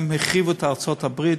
הם החריבו את ארצות-הברית,